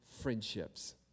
friendships